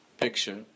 picture